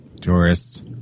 Tourists